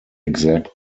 exact